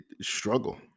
struggle